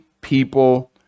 people